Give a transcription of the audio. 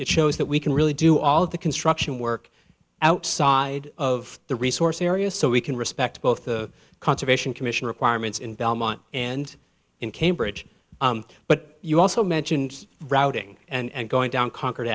it shows that we can really do all of the construction work outside of the resource area so we can respect both the conservation commission requirements in belmont and in cambridge but you also mentioned routing and going down con